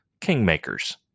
kingmakers